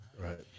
Right